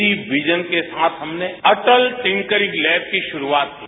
इसी विजन के साथ हमने अटल टिंकरिंग लैब की शुरूआत की है